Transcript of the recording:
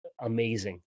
amazing